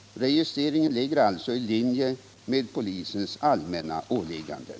Registreringen ligger alltså i linje med polisens allmänna åligganden.